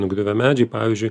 nugriuvę medžiai pavyzdžiui